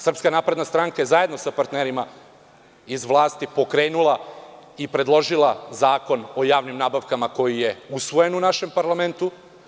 Srpska napredna stranka je zajedno sa partnerima iz vlasti pokrenula i predložila Zakon o javnim nabavkama, koji je usvojen u našem parlamentu.